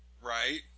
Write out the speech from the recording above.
right